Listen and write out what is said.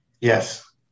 Yes